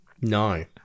No